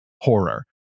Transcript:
horror